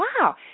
Wow